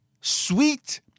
sweet